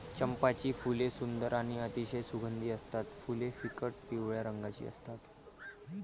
चंपाची फुले सुंदर आणि अतिशय सुगंधी असतात फुले फिकट पिवळ्या रंगाची असतात